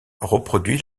reproduit